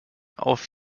auf